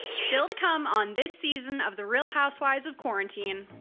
still to come on this season of the real housewives of quarantine.